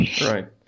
Right